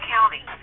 County